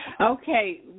Okay